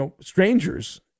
strangers